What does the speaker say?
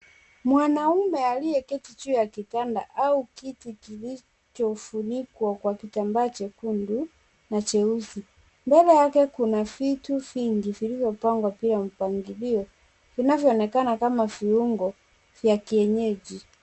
Mwanaume aliketi juu ya kitanda au kiti kilicho funikwa kwa kitambaa chekundu na cheusi, mbele yake kuna vitu vingi viliopangwa bila mpangilio, vinavyoonekana kama viungo vya kienyeji